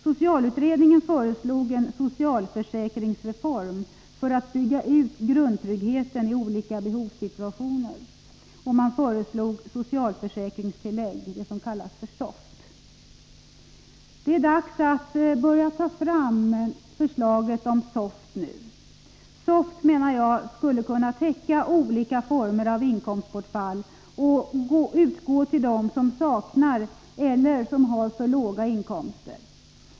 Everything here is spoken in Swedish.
Socialutredningen föreslog en socialförsäkringsreform för att bygga ut grundtryggheten i olika behovssituationer. Man kallade det socialförsäkringstillägg, dvs. SOFT. Det är dags att ta fram förslaget om SOFT nu. Med SOFT skulle man enligt min mening kunna täcka olika former av inkomstbortfall. Försäkringstillägget skulle kunna utgå till dem som saknar eller har för låga inkomster.